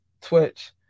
Twitch